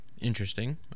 Interesting